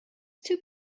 too